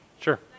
Sure